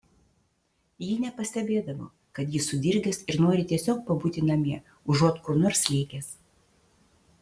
ji nepastebėdavo kad jis sudirgęs ir nori tiesiog pabūti namie užuot kur nors lėkęs